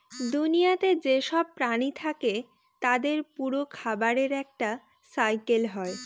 দুনিয়াতে যেসব প্রাণী থাকে তাদের পুরো খাবারের একটা সাইকেল হয়